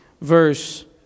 verse